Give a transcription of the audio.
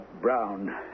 Brown